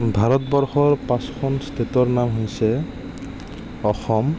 ভাৰতবৰ্ষৰ পাঁচখন ষ্টেটৰ নাম হৈছে অসম